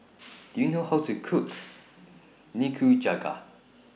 Do YOU know How to Cook Nikujaga